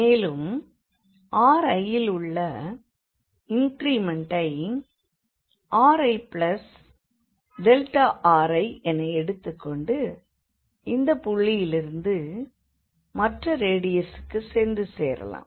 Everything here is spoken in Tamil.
மேலும் riல் உள்ள இன்கிரிமெண்டை riri என எடுத்துக் கொண்டு இந்தப் புள்ளியிலிருந்து மற்ற ரேடியசுக்குச் சென்று சேரலாம்